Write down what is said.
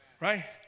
right